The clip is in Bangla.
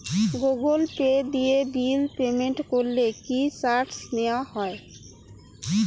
গুগল পে দিয়ে বিল পেমেন্ট করলে কি চার্জ নেওয়া হয়?